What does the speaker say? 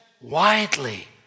widely